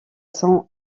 son